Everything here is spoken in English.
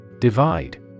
Divide